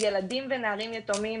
ילדים ונערים יתומים,